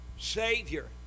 Savior